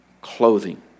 clothing